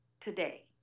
today